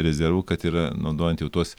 rezervų kad yra naudojant jau tuos